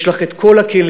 יש לך את כל הכלים.